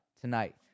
tonight